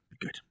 Good